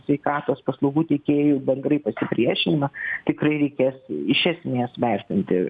sveikatos paslaugų teikėjų bendrai pasipriešinimą tikrai reikės iš esmės vertinti